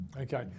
Okay